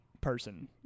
person